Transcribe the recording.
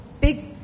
big